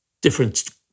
different